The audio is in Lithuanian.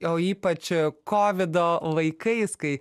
o ypač kovido laikais kai